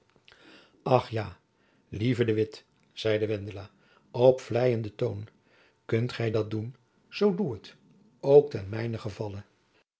ach ja lieve de witt zeide wendela op vleienden toon kunt gy dat doen zoo doe het ook ten mijnen gevalle